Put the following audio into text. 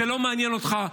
זה לא מעניין אותך.